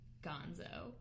gonzo